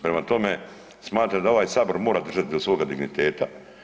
Prema tome, smatram da ovaj Sabor mora držati do svoga digniteta.